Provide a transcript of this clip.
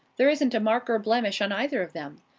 there isn't a mark or blemish on either of them.